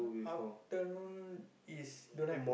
afternoon is don't have